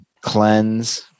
cleanse